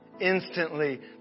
Instantly